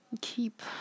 keep